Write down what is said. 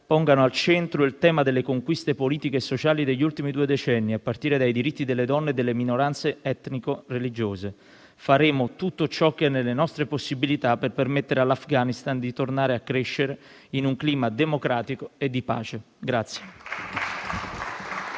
pongano al centro il tema delle conquiste politiche e sociali degli ultimi due decenni, a partire dai diritti delle donne e delle minoranze etnico-religiose. Faremo tutto ciò che è nelle nostre possibilità per permettere all'Afghanistan di tornare a crescere in un clima democratico e di pace.